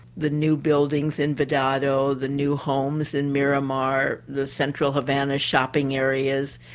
the new buildings in verdado, the new homes in miramar, the central havana shopping areas,